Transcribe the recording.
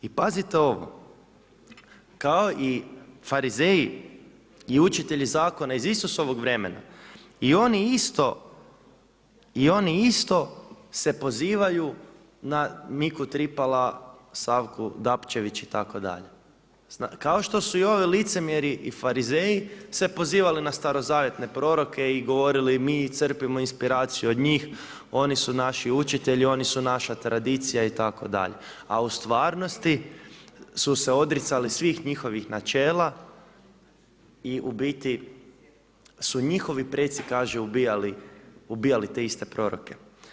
I pazite ovo, kao i Farizeji i učitelji zakona iz Isusovog vremena i oni isto, i oni isto se pozivaju na Miku Tripala, Savku Dapčević itd., kao što su i ovi licemjeri i Farizeji se pozivali na starozavjetne proroke i govorili, mi crpimo inspiraciju od njih, oni su naši učitelji, oni su naša tradicija itd. a u stvarnosti su se odricali svih njihovih načela i u biti su njihovi preci kaže ubijali te iste proroke.